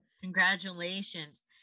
congratulations